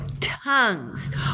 tongues